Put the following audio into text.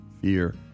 fear